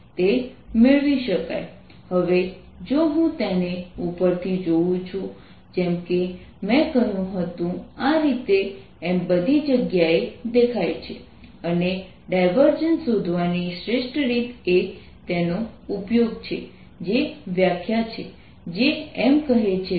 M હવે જો હું તેને ઉપરથી જોઉં છું જેમકે મેં કહ્યું હતું આ રીતે એમ બધી જગ્યાએ દેખાય છે અને ડાયવર્જન્સ શોધવાની શ્રેષ્ઠ રીત એ તેનો ઉપયોગ છે જે વ્યાખ્યા છે જે એમ કહે છે કે